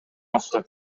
мага